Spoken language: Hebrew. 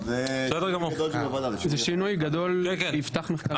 זה שינוי גדול ויפתח מחקר.